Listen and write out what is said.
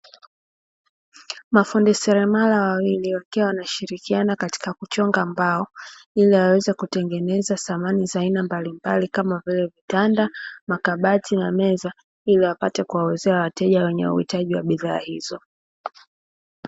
Mafundi seremala wawili wakiwa wanashirikiana katika kuchonga mbao, ili waweze kutengeneza samani za aina mbalimbali kama vile vitanda, makabati na meza, ili wapate kuwauzia wateja wenye uhitaji wa bidhaa hizo.